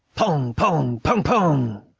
pong! pong! pong! pong!